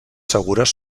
segures